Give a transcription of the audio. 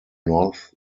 north